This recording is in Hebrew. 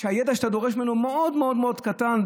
והידע שאתה דורש ממנו הוא מאוד מאוד מאוד קטן,